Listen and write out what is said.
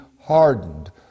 hardened